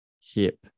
hip